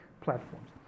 platforms